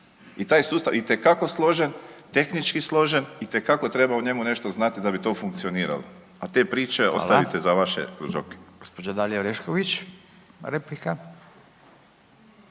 I taj sustav itekako složen, tehnički složen, itekako treba o njemu nešto znati da bi to funkcioniralo. A te priče ostavite za vaše kružoke. **Radin, Furio (Nezavisni)** Gospođa Dalija Orešković, replika.